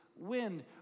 Wind